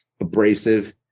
abrasive